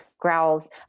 Growls